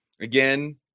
again